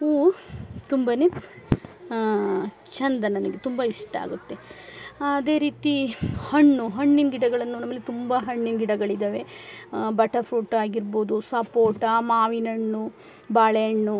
ಹೂವು ತುಂಬ ಚಂದ ನನಗೆ ತುಂಬ ಇಷ್ಟ ಆಗುತ್ತೆ ಅದೇ ರೀತಿ ಹಣ್ಣು ಹಣ್ಣಿನ ಗಿಡಗಳನ್ನು ಆಮೇಲೆ ತುಂಬ ಹಣ್ಣಿನ ಗಿಡಗಳಿದಾವೆ ಬಟರ್ಫ್ರುಟ್ ಆಗಿರ್ಬೋದು ಸಪೋಟ ಮಾವಿನಹಣ್ಣು ಬಾಳೆಹಣ್ಣು